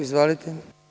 Izvolite.